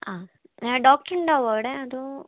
ആ ഡോക്ടർ ഉണ്ടാവോ അവിടെ അതോ